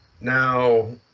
now